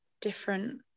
different